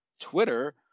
Twitter